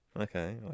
okay